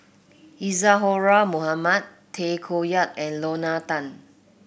Isadhora Mohamed Tay Koh Yat and Lorna Tan